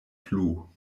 plu